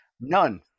None